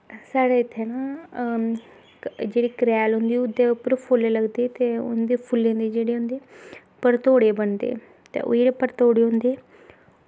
साढ़े इत्थें जेह्ड़े करेली दे फुल्ल लगदे ते उं'दे फुल्लें दे जेह्ड़े परतोड़े बनदे ते ओह् जेह्ड़े परतोड़े बनदे